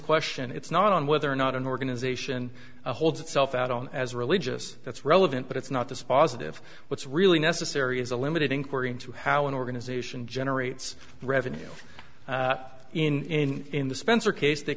question it's not on whether or not an organization holds itself out on as a religious that's relevant but it's not dispositive what's really necessary is a limited inquiry into how an organization generates revenue in in the spencer case they